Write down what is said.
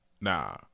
Nah